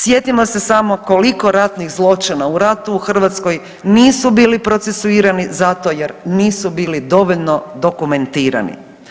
Sjetimo se samo koliko ratnih zločina u ratu u Hrvatskoj nisu bili procesuirani zato jer nisu bili dovoljno dokumentirani.